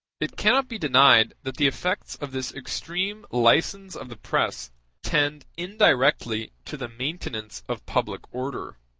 it cannot be denied that the effects of this extreme license of the press tend indirectly to the maintenance of public order.